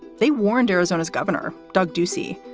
they warned arizona's governor, doug ducey,